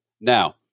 Now